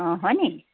অঁ হয়নি